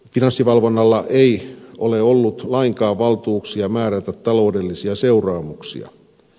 finanssivalvonnalla ei ole ollut lainkaan valtuuksia määrätä taloudellisia seuraamuksia